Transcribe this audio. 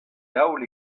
daol